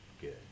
good